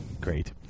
Great